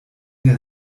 der